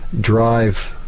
drive